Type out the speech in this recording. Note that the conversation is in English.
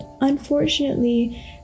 unfortunately